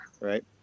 right